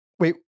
Wait